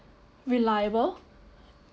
reliable